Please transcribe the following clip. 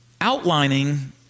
outlining